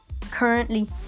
currently